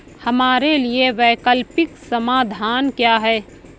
हमारे लिए वैकल्पिक समाधान क्या है?